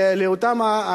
האלה עובדים.